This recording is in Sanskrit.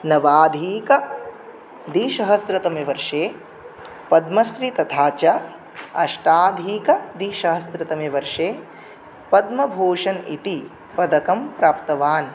नवाधिकद्विसहस्रतमे वर्षे पद्मश्री तथा च अष्टाधिकद्विसहस्रतमे वर्षे पद्मभूषणम् इति पदकं प्राप्तवान्